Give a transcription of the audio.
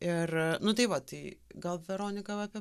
ir nu tai va tai gal veronika apie